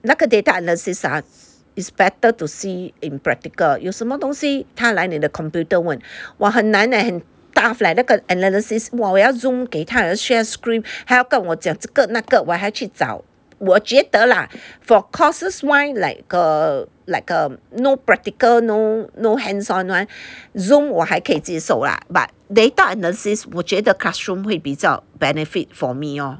那个 data analysis ah is better to see in practical 有什么东西她来你的 computer 问哇很难 eh 很 tough leh 那个 analysis !wah! 我要 Zoom 给她我要 share screen 还要跟我讲这个那个我还要去找我觉得 lah for courses wise like err like err no practical no no hands-on [one] Zoom 我还可以接受啦 but data analysis 我觉得 classroom 会比较 benefit for me lor